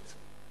בעצם.